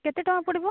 କେତେ ଟଙ୍କା ପଡ଼ିବ